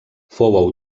fou